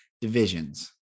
divisions